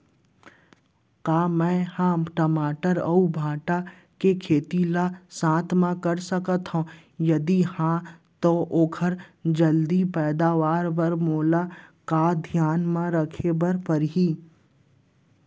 का मै ह टमाटर अऊ भांटा के खेती ला साथ मा कर सकथो, यदि कहाँ तो ओखर जलदी पैदावार बर मोला का का धियान मा रखे बर परही?